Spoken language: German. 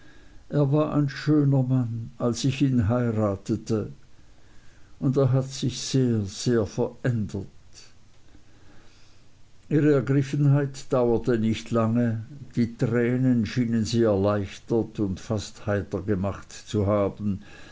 er war ein schöner mann als ich ihn heiratete und hat sich sehr sehr verändert ihre ergriffenheit dauerte nicht lange die tränen schienen sie erleichtert und fast heiter gemacht zu haben